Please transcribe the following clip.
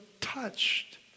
touched